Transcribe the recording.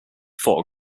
fog